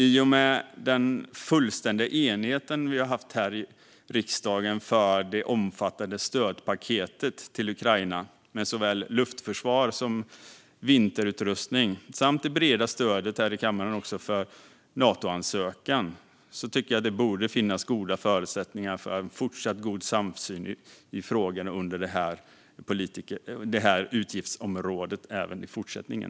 I och med den fullständiga enighet vi har haft här i riksdagen för det omfattande stödpaketet till Ukraina med såväl luftförsvar som vinterutrustning samt det breda stödet här i kammaren för Natoansökan tycker jag att det borde finnas goda förutsättningar för en fortsatt god samsyn i frågorna inom utgiftsområdet även i fortsättningen.